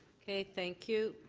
thank you,